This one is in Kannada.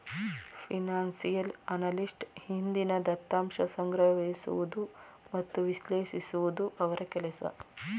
ಫಿನನ್ಸಿಯಲ್ ಅನಲಿಸ್ಟ್ ಹಿಂದಿನ ದತ್ತಾಂಶ ಸಂಗ್ರಹಿಸುವುದು ಮತ್ತು ವಿಶ್ಲೇಷಿಸುವುದು ಅವರ ಕೆಲಸ